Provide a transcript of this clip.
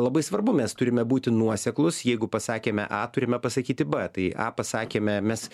labai svarbu mes turime būti nuoseklūs jeigu pasakėme a turime pasakyti b tai a pasakėme mes